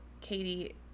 Katie